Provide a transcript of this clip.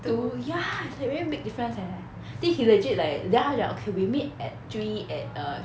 two ya it's like very big difference eh then he legit like then 他讲 okay we meet at three at err